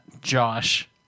Josh